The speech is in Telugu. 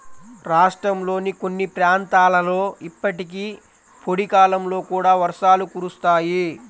రాష్ట్రంలోని కొన్ని ప్రాంతాలలో ఇప్పటికీ పొడి కాలంలో కూడా వర్షాలు కురుస్తాయి